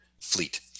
fleet